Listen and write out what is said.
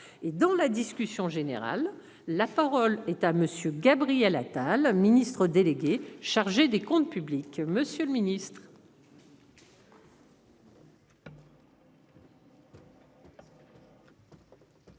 et dans la discussion générale. La parole est à monsieur Gabriel Attal Ministre délégué chargé des Comptes publics. Monsieur le Ministre.